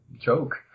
joke